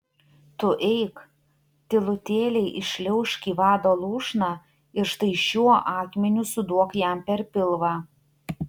tu eik tylutėliai įšliaužk į vado lūšną ir štai šiuo akmeniu suduok jam per pilvą